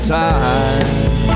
time